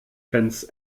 fans